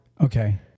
Okay